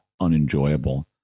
unenjoyable